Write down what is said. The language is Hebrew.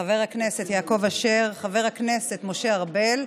חבר הכנסת יעקב אשר, חבר הכנסת משה ארבל,